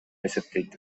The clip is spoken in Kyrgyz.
эсептейт